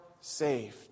saved